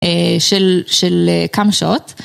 של כמה שעות.